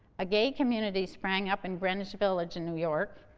a gay community sprang up in greenwich village in new york.